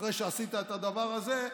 אחרי שעשית את הדבר הזה,